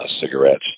cigarettes